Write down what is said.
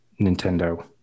Nintendo